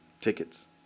tickets